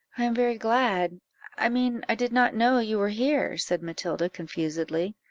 i am very glad i mean i did not know you were here, said matilda confusedly.